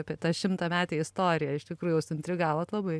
apie tą šimtametę istoriją iš tikrųjų suintrigavot labai